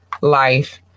life